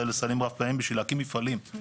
אשמח לשבת איתם.